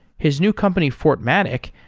his new company fortmatic,